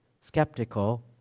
skeptical